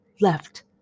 left